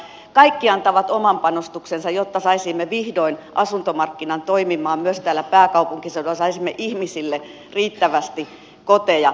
kaikki antavat oman panostuksensa jotta saisimme vihdoin asuntomarkkinan toimimaan myös täällä pääkaupunkiseudulla saisimme ihmisille riittävästi koteja